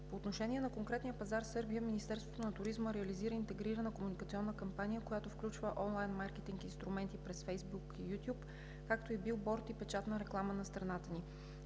По отношение на конкретния пазар – Сърбия, Министерството на туризма реализира интегрирана комуникационна кампания, която включва онлайн маркетинг инструменти през Фейсбук и You tube, както и билборд и печатна реклама на страната ни.